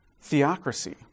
theocracy